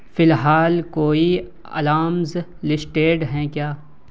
فی الحال کوئی الامز لسٹیڈ ہیں کیا